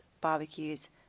barbecues